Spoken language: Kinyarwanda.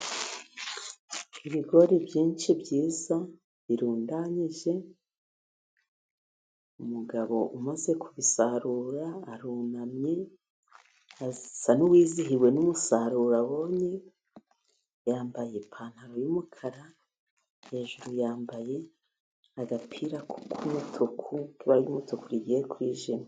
Ibigori byinshi byiza birundanyije, umugabo umaze kubisarura arunamye, asa n'uwizihiwe n'umusaruro abonye, yambaye ipantaro y'umukara, hejuru yambaye agapira k'umutuku, k'ibara ry'umutuku rigiye kwijima.